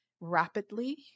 rapidly